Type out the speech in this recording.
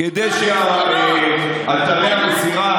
כדי שאתרי המסירה,